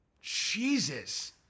Jesus